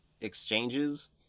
exchanges